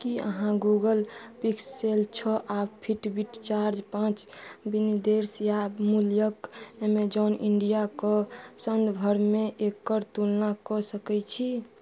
कि अहाँ Google Pixel छओ आओर फिटबिट चार्ज पाँच विनिर्देश आओर मूल्यके एमेजॉन इण्डियाके सङ्ग भरमे एकर तुलना कऽ सकै छी